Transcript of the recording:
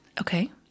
okay